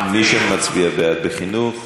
מי שמצביע בעד לחינוך.